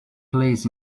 plays